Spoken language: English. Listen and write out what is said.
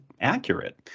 accurate